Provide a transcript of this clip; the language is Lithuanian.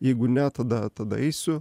jeigu ne tada tada eisiu